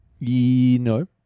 No